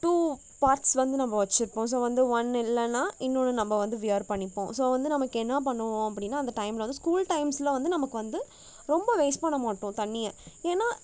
two parts வந்து நம்ம வச்சிருப்போம் ஸோ வந்து ஒன்று இல்லைன்னா இன்னொன்று நம்ம வந்து வியர் பண்ணிப்போம் ஸோ வந்து நமக்கு என்ன பண்ணுவோம் அப்படின்னா அந்த டைமில் வந்து ஸ்கூல் டைம்ஸில் வந்து நமக்கு வந்து ரொம்ப வேஸ்ட் பண்ண மாட்டோம் தண்ணியை ஏன்னா